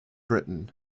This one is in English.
britain